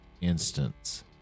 instance